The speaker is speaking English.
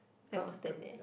then I will stand there